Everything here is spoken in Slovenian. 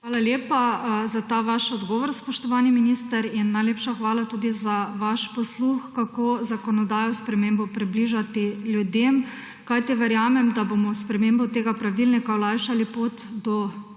Hvala lepa za ta vaš odgovor, spoštovani minister. Najlepša hvala tudi za vaš posluh, kako zakonodajo s spremembo približati ljudem, kajti verjamem, da bomo s spremembo tega pravilnika olajšali pot do